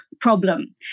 problem